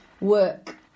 work